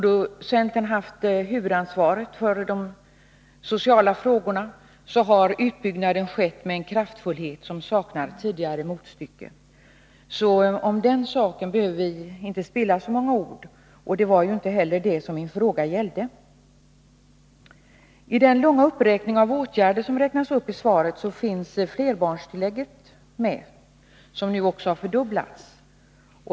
Då centern hade huvudansvaret för de sociala frågorna skedde utbyggnaden med en kraftfullhet som saknar motstycke. När det gäller den saken behöver vi således inte spilla särskilt många ord. Det var inte heller det som min interpellation gällde. I svaret räknar socialministern upp en lång rad åtgärder, däribland flerbarnstillägget. Detta har nu fördubblats.